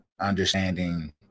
understanding